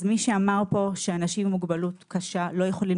אז מי שאמר שאנשים עם מוגבלות קשה לא יכולים